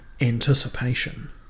anticipation